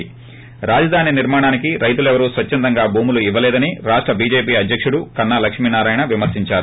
ి స్రాజధాని నిర్మాణానికి రైతులెవరూ స్వచ్చందంగా భూములు ఇవ్వలేదని రాష్ట చీజేపీ అధ్యకుడు కన్నా లక్ష్మీనారాయణ విమర్శించారు